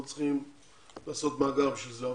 לא צריכים לעשות מאגר בשביל זה.